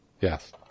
yes